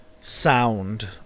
sound